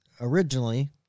originally